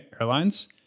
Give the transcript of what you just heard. Airlines